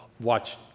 watch